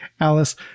Alice